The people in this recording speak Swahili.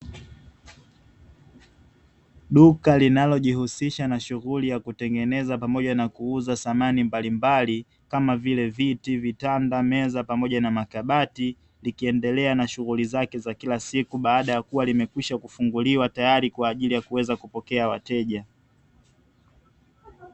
Duka linalojihusisha na shughuli ya kutengeneza, pamoja na kuuza samani mbalimbali kama vile viti, vitanda, meza, pamoja na makabati, likiendelea na shughuli zake za kila siku baada ya kuwa limekwisha kufunguliwa tayari kwa ajili ya kuweza kupokea wateja.